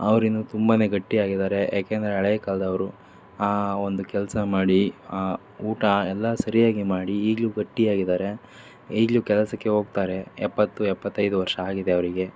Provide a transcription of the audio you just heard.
ಅವ್ರಿನ್ನೂ ತುಂಬ ಗಟ್ಟಿಯಾಗಿದ್ದಾರೆ ಯಾಕೆ ಅಂದರೆ ಹಳೇ ಕಾಲದವ್ರು ಆ ಒಂದು ಕೆಲಸ ಮಾಡಿ ಆ ಊಟ ಎಲ್ಲ ಸರಿಯಾಗಿ ಮಾಡಿ ಈಗಲೂ ಗಟ್ಟಿಯಾಗಿದ್ದಾರೆ ಈಗಲೂ ಕೆಲ್ಸಕ್ಕೆ ಹೋಗ್ತಾರೆ ಎಪ್ಪತ್ತು ಎಪ್ಪತ್ತೈದು ವರ್ಷ ಆಗಿದೆ ಅವರಿಗೆ